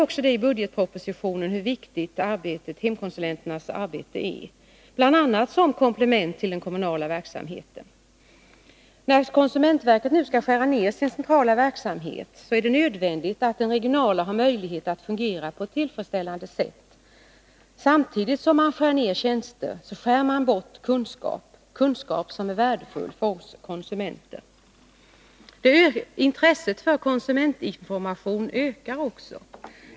I budgetpropositionen betonas också hur viktigt hemkonsulenternas arbete är, bl.a. som komplement till den kommunala verksamheten. När konsumentverket nu skall skära ned sin centrala verksamhet, är det nödvändigt att den regionala har möjlighet att fungera på ett tillfredsställande sätt. Samtidigt som man skär ned tjänster, skär man också bort kunskap, kunskap som är värdefull för oss konsumenter. Intresset för konsumentinformation ökar också.